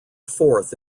fourth